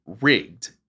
rigged